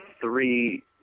three